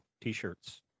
t-shirts